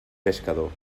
pescador